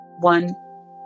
One